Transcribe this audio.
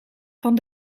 van